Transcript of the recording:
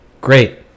great